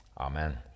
Amen